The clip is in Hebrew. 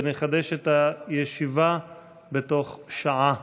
ונחדש את הישיבה בתוך שעה.